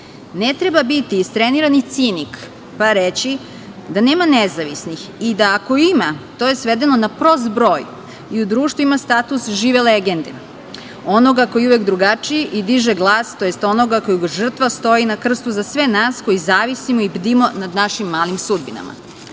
Ne treba biti istrenirani cinik pa reći da nema nezavisnih i da ako ima, to je svedeno na prost broj i u društvu ima status žive legende onoga koji je uvek drugačiji i diže glas, tj. onoga kojeg žrtva stoji na krstu za sve nas koji zavisimo i bdimo nad našim malim sudbinama. Zato